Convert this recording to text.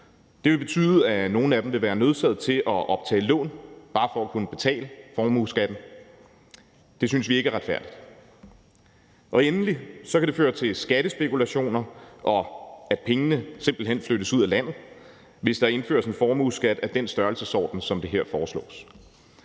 Det vil betyde, at nogle af dem vil være nødsaget til at optage lån bare for at kunne betale formueskatten. Det synes vi ikke er retfærdigt. For det tredje kan det endelig føre til skattespekulationer, og at pengene simpelt hen flyttes ud af landet, hvis der indføres en formueskat af den størrelsesorden, som der her foreslås.